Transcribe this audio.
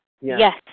Yes